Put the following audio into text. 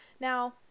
Now